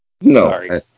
No